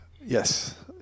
Yes